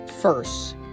first